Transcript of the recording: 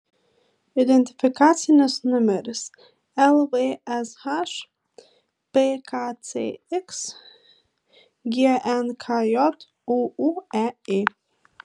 identifikacinis numeris lvsh pkcx gnkj ūūeė